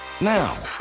Now